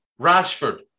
Rashford